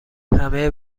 همه